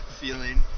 feeling